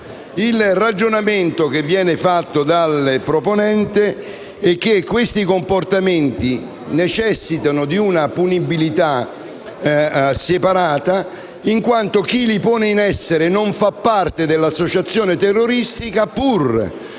Il ragionamento che viene fatto dal proponente è che tali comportamenti necessitino di una punibilità separata in quanto chi li pone in essere non fa parte dell'associazione terroristica pur